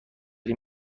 این